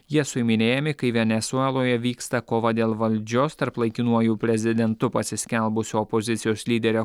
jie suiminėjami kai venesueloje vyksta kova dėl valdžios tarp laikinuoju prezidentu pasiskelbusio opozicijos lyderio